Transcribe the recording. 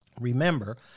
Remember